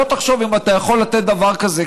בוא תחשוב אם אתה יכול לתת דבר כזה,